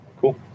Cool